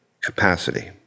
capacity